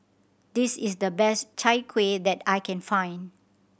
this is the best Chai Kueh that I can find